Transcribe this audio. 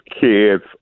kids